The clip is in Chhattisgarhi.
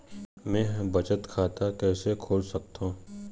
मै ह बचत खाता कइसे खोल सकथों?